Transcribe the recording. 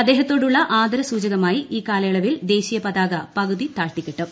അദ്ദേഹത്തോടുള്ള ആദരസൂചകമായി ഈ കാലയളവിൽ ദേശീയ പതാക പകുതി താഴ്ത്തിക്കെട്ടും